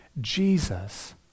Jesus